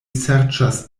serĉas